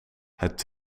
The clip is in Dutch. het